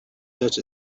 such